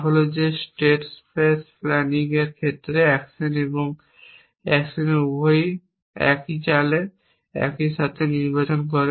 তা হল যে স্টেট প্লেস প্ল্যানিং এর ক্ষেত্রে অ্যাকশন এবং অ্যাকশনের অবস্থান উভয়ই 1 টি চালে একই সাথে নির্বাচন করে